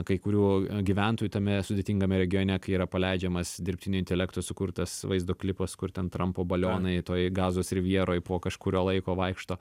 kai kurių gyventojų tame sudėtingame regione kai yra paleidžiamas dirbtinio intelekto sukurtas vaizdo klipas kur ten trampo balionai toj gazos rivjeroj po kažkurio laiko vaikšto